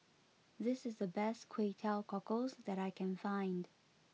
this is the best Kway Teow Cockles that I can find